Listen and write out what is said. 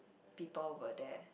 people were there